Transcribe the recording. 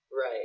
right